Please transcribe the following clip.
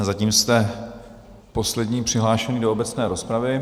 Zatím jste poslední přihlášený do obecné rozpravy.